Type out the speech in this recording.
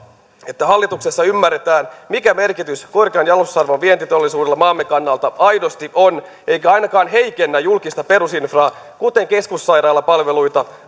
että hallituksessa ymmärretään mikä merkitys korkean jalostusarvon vientiteollisuudella maamme kannalta aidosti on eikä ainakaan heikennetä julkista perusinfraa kuten keskussairaalapalveluita